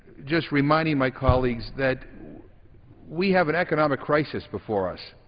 just reminding my colleagues that we have an economic crisis before us.